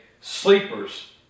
Sleepers